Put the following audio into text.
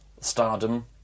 stardom